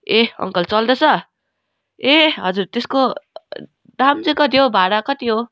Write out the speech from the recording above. ए uncle चल्दै छ ए हजुर त्यसको दाम चाहिँ कति हौ भाडा कति हो